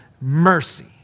mercy